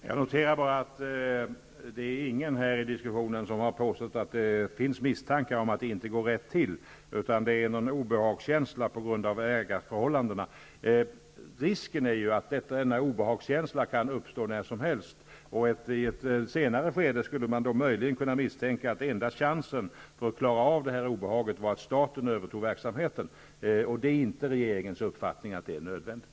Herr talman! Jag noterar att ingen i det här sammanhanget har påstått att det finns misstankar om att det inte går rätt till. Det rör sig om en känsla av obehag på grund av ägarförhållandena. Risken är ju den att denna känsla av obehag kan uppstå när som helst. I ett senare skede skulle man möjligen kunna misstänka att den enda chansen att klara av obehaget vore att staten övertog verksamheten. Men det är inte regeringens uppfattning att detta är nödvändigt.